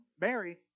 Mary